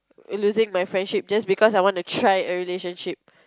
losing my friendship just because I want to try a relationship